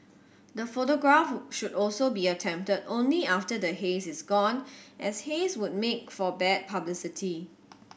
the photograph should also be attempted only after the haze is gone as haze would make for bad publicity